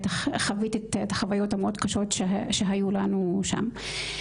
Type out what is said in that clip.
בטח את חווית את החוויות הקשות שהיו לנו שם.